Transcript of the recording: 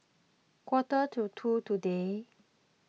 quarter to two today